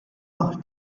noch